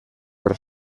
per